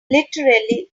literally